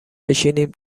بشنیم